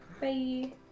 Bye